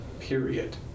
period